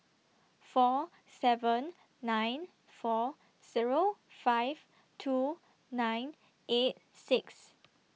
four seven nine four Zero five two nine eight six